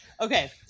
Okay